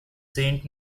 saint